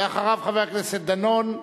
ואחריו, חבר הכנסת דנון.